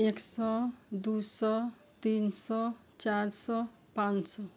एक सौ दुई सौ तिन सौ चार सौ पाँच सौ